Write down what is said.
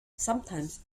sometimes